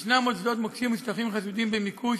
יש עוד שדות מוקשים ושטחים חשודים במיקוש